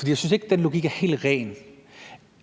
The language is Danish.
for jeg synes ikke, den logik er helt ren.